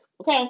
okay